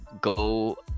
go